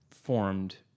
formed